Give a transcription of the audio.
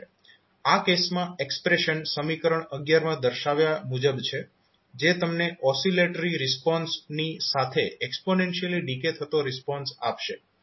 આ કેસમાં એક્સપ્રેશન સમીકરણ માં દર્શાવ્યા મુજબ છે જે તમને ઓસિલેટરી રિસ્પોન્સની સાથે એક્સ્પોનેન્શીયલી ડીકે થતો રિસ્પોન્સ આપશે